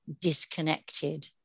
disconnected